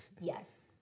Yes